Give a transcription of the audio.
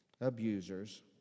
abusers